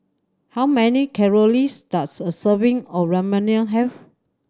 how many does a serving of Ramyeon have